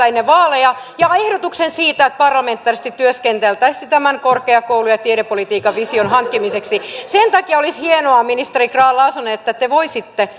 ennen vaaleja ja ehdotuksen siitä että parlamentaarisesti työskenneltäisiin tämän korkeakoulu ja tiedepolitiikan vision hankkimiseksi sen takia olisi hienoa ministeri grahn laasonen että te voisitte